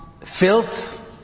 filth